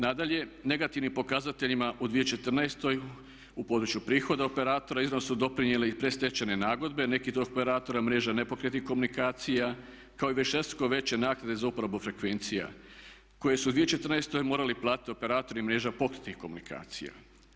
Nadalje, negativnim pokazateljima u 2014.u području prihoda operatora iznimno su doprinijele i predstečajne nagodbe, neki od operatora mreža nepokretnih komunikacija kao i višestruko veće naknade za uporabu frekvencija koje su u 2014. morali platiti operatori mreža pokretnih komunikacija.